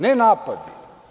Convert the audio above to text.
Ne napadi.